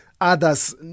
others